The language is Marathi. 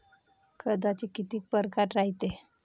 कर्जाचे कितीक परकार रायते?